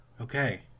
Okay